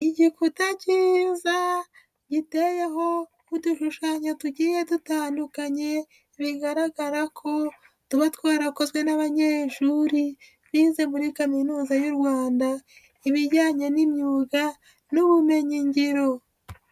Igikuta kiza giteyeho udushushanyo tugiye dutandukanye bigaragara ko tuba twarakozwe n'abanyeshuri bize muri Kaminuza y'u Rwanda, ibijyanye n'imyuga n'ubumenyingiro.